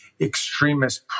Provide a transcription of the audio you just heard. extremist